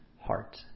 heart